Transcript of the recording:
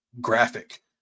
graphic